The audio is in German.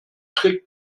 trick